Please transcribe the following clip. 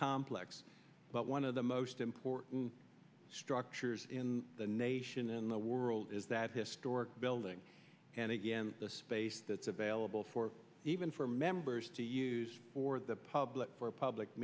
complex but one of the most important structures in the nation in the world is that historic building and again the space that's available for even for members to use for the public for public